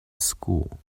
school